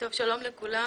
שלום לכולם.